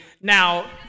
now